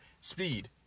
Speed